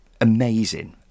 amazing